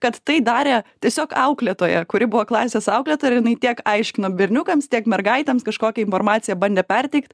kad tai darė tiesiog auklėtoja kuri buvo klasės auklėtoja ir jinai tiek aiškino berniukams tiek mergaitėms kažkokią informaciją bandė perteikt